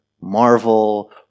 Marvel